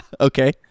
Okay